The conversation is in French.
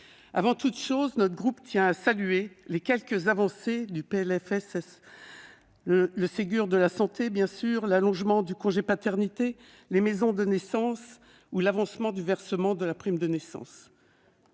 avant toute chose, notre groupe tient à saluer les quelques avancées du PLFSS : le Ségur de la santé, l'allongement du congé paternité, les maisons de naissance ou l'avancement du versement de la prime de naissance.